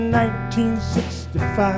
1965